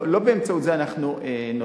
אני מתנגד לזה, אני חושב שזה לא נכון.